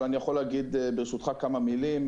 אבל אני יכול להגיד ברשותך כמה מילים.